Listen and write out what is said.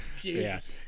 Jesus